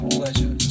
pleasure